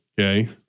Okay